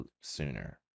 sooner